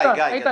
גיא,